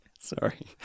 sorry